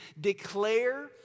declare